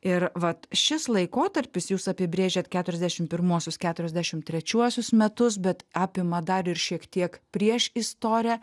ir vat šis laikotarpis jūs apibrėžiat keturiasdešim pirmuosius keturiasdešim trečiuosius metus bet apima dar ir šiek tiek priešistorę